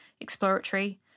exploratory